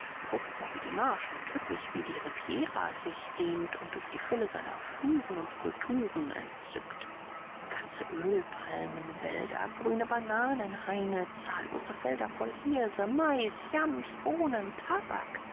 fruchtbar wie die marsch und üppig wie die riviera sich dehnt und durch die fülle seiner fluren und kulturen entzückt ganze ölpalmenwälder grüne bananenhaine zahllose felder voll hirse mais jams bohnen tabak